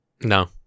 No